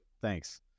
thanks